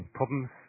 problems